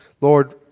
Lord